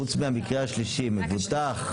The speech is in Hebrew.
חוץ מהמקרה השלישי מבוטח,